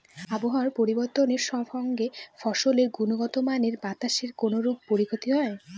আবহাওয়ার পরিবর্তনের সঙ্গে ফসলের গুণগতমানের বাতাসের কোনরূপ ক্ষতি হয়?